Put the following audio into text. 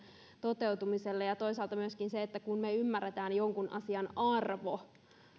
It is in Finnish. toteutumiselle toisaalta on myöskin niin että kun me ymmärrämme jonkun asian arvon